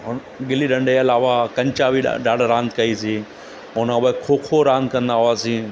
गिली डंडे जे अलावा कंचा बि रां ॾाढा रांदि कईसीं उन खां पोइ खो खो रांदि कंदा हुआसीं